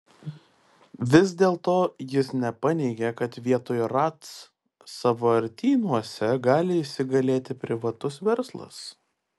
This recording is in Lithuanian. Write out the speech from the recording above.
vis dėlto jis nepaneigė kad vietoj ratc sąvartynuose gali įsigalėti privatus verslas